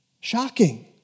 Shocking